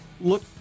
Look